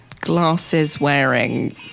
glasses-wearing